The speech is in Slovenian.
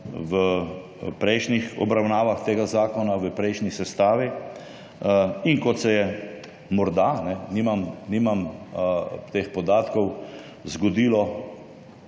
v prejšnjih obravnavah tega zakona v prejšnji sestavi. In kot se je morda, nimam teh podatkov, zgodilo,